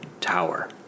tower